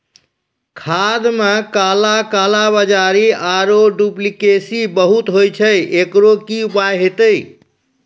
खाद मे काला कालाबाजारी आरु डुप्लीकेसी बहुत होय छैय, एकरो की उपाय होते?